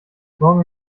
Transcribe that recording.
morgen